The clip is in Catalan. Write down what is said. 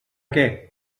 què